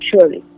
Surely